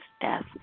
death